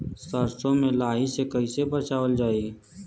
सरसो में लाही से कईसे बचावल जाई?